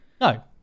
No